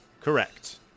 Correct